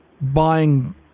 buying